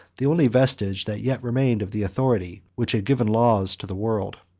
the only vestige that yet remained of the authority which had given laws to the world.